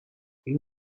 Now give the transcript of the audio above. این